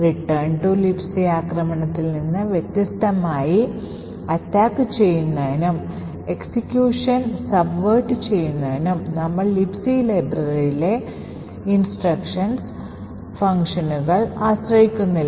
Return to Lib ആക്രമണത്തിൽ നിന്ന് വ്യത്യസ്തമായി attack ചെയ്യുന്നതിനും എക്സിക്യൂഷൻ അട്ടിമറിക്കുന്നതിനും നമ്മൾ Libc ലൈബ്രറിയിലെ നിർദ്ദിഷ്ട ഫംഗ്ഷനുകൾ ആശ്രയിക്കുന്നില്ല